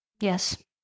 Yes